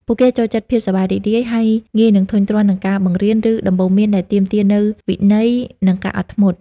ពួកគេចូលចិត្តភាពសប្បាយរីករាយ ហើយងាយនឹងធុញទ្រាន់នឹងការបង្រៀន ឬដំបូន្មានដែលទាមទារនូវវិន័យ និងការអត់ធ្មត់។